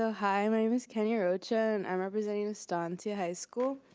ah hi, my name is kenya rocha, and i'm representing estancia high school.